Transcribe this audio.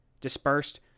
dispersed